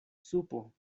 supo